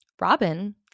Robin